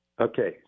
Okay